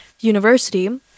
university